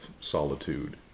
solitude